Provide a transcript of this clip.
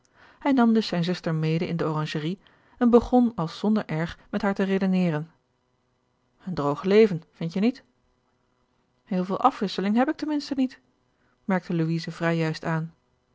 hij nam dus zijne zuster mede in de oranjerie en begon als zonder erg met haar te redeneren een droog leven vindt je niet heel veel afwisseling heb ik ten minste niet merkte louise vrij juist aan